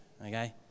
Okay